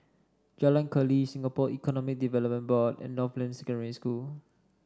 Jalan Keli Singapore Economic Development Board and Northland Secondary School